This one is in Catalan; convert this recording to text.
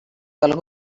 del